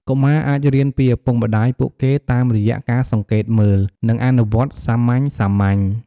កុមារអាចរៀនពីឪពុកម្ដាយពួកគេតាមរយៈការសង្កេតមើល និងអនុវត្តសាមញ្ញៗ។